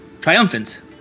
Triumphant